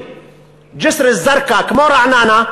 לג'סר-א-זרקא כמו לרעננה,